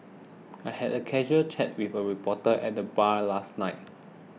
I had a casual chat with a reporter at the bar last night